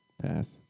Pass